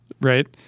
right